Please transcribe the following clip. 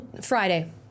Friday